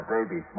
Baby